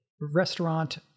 restaurant